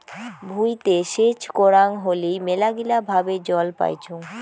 ভুঁইতে সেচ করাং হলি মেলাগিলা ভাবে জল পাইচুঙ